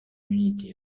unité